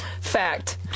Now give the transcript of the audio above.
fact